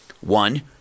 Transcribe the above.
One